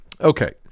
Okay